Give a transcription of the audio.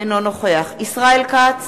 אינו נוכח ישראל כץ,